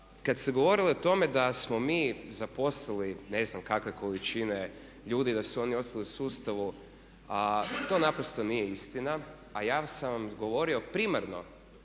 Kad se govorilo o tome da smo mi zaposlili ne znam kakve količine ljudi, da su oni ostali u sustavu to naprosto nije istina. A ja sam vam govorio primarno